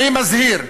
אני מזהיר: